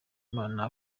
imana